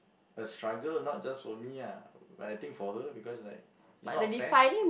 a struggle not just for me lah but I think for her because like it's not fair